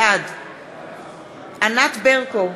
בעד ענת ברקו,